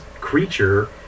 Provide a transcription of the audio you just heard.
creature